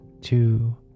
two